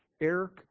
Eric